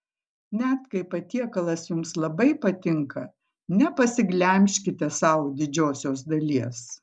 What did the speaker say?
net kai patiekalas jums labai patinka nepasiglemžkite sau didžiosios dalies